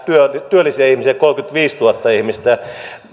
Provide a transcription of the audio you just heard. työllisiä ihmisiä kolmekymmentäviisituhatta ihmistä